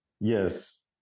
Yes